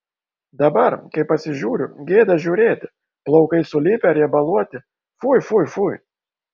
dabar kai pasižiūriu gėda žiūrėti plaukai sulipę riebaluoti fui fui fui